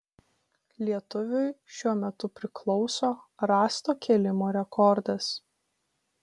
lietuviui šiuo metu priklauso rąsto kėlimo rekordas